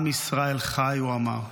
עם ישראל חי, הוא אמר.